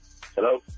hello